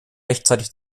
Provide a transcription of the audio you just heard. rechtzeitig